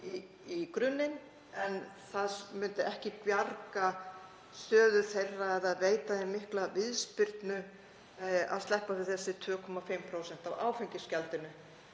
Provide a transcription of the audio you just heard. í grunninn, en það myndi ekki bjarga stöðu þeirra eða veita þeim mikla viðspyrnu að sleppa við þessi 2,5% af áfengisgjaldinu.